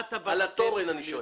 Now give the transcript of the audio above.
אני שואל על התורן.